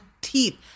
teeth